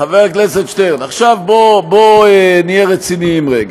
חבר הכנסת שטרן, עכשיו בוא נהיה רציניים רגע.